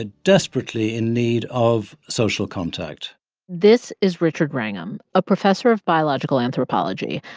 ah desperately in need of social contact this is richard wrangham, a professor of biological anthropology.